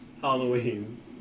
Halloween